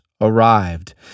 arrived